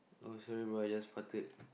oh sorry bro I just farted